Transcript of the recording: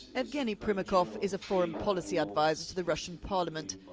yevgeny primakov is a foreign policy adviser to the russian parliament.